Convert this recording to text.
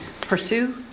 pursue